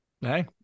Hey